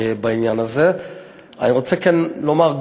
אני רוצה לומר,